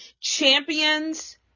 Champions